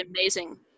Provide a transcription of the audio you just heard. amazing